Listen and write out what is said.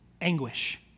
anguish